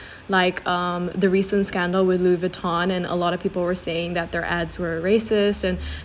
like um the recent scandal with Louis Vuitton and a lot of people were saying that their ads were racist and